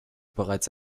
bereits